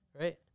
Right